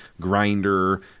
grinder